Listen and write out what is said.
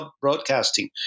broadcasting